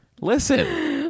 Listen